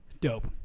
Dope